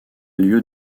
lieu